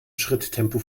schritttempo